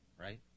right